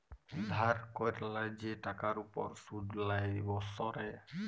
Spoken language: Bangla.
ধার ক্যরলে যে টাকার উপর শুধ লেই বসরে